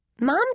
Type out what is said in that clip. Mom